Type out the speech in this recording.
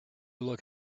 look